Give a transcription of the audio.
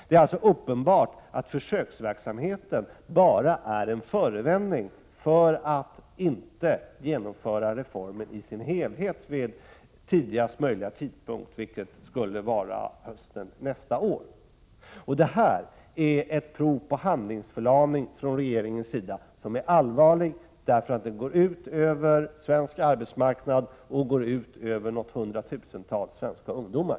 Det är alltså uppenbart att försöksverksamheten bara är en förevändning för att dölja att man inte kommer att kunna genomföra reformen i sin helhet vid tidigast möjliga tidpunkt, vilket skulle vara hösten nästa år. Detta är ett prov på handlingsförlamning från regeringens sida, som är allvarlig därför att den går ut över svensk arbetsmarknad. och något hundratusental svenska ungdomar.